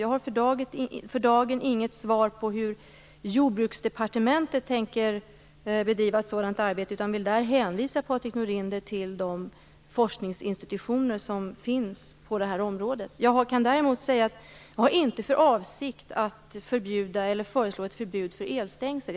Jag har för dagen inget svar på hur Jordbruksdepartementet tänker bedriva ett sådant arbete utan vill hänvisa Patrik Norinder till de forskningsinstitutioner som finns på det här området. Jag kan däremot säga att jag inte har för avsikt att föreslå ett förbud mot elstängsel.